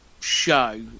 show